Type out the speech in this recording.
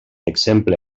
exemple